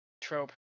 trope